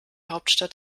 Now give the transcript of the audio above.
hauptstadt